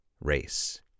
race